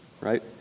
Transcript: right